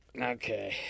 Okay